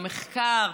למחקר,